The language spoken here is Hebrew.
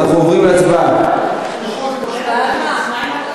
עד 81,